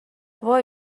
وای